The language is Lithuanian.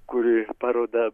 kurį paroda